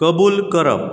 कबूल करप